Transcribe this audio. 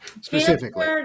specifically